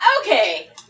Okay